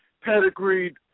pedigreed